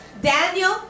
Daniel